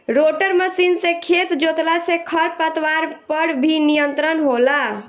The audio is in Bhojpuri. रोटर मशीन से खेत जोतला से खर पतवार पर भी नियंत्रण होला